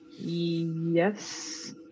Yes